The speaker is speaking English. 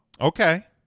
Okay